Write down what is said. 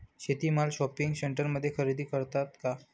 शेती माल शॉपिंग सेंटरमध्ये खरेदी करतात का?